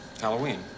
Halloween